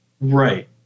Right